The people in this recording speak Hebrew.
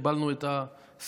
קיבלנו את הסמכות,